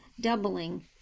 doubling